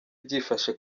byifashe